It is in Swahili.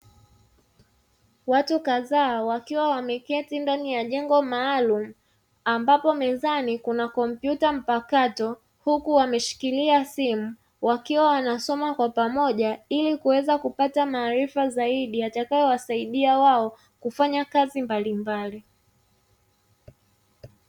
Watu kadhaa wakiwa wameketi ndani ya jengo maalumu, ambapo mezani kuna kompyuta mpakato. Huku wameshikilia simu wakiwa wanasoma kwa pamoja ili kuweza kupata maarifa zaidi yatakayowasaidia wao kufanya kazi mbalimbali.